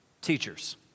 teachers